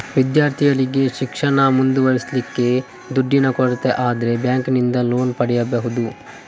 ವಿದ್ಯಾರ್ಥಿಗಳಿಗೆ ಶಿಕ್ಷಣ ಮುಂದುವರಿಸ್ಲಿಕ್ಕೆ ದುಡ್ಡಿನ ಕೊರತೆ ಆದ್ರೆ ಬ್ಯಾಂಕಿನಿಂದ ಲೋನ್ ಪಡೀಬಹುದು